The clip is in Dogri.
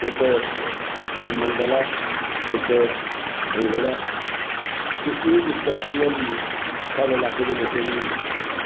इक मंडल ऐ इक्क संगड़ ऐ ते एह् डिस्पैंसरियां बी साढ़े लाकै दे लोकें गी